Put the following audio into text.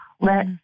let